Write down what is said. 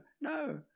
no